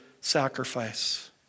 sacrifice